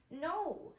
No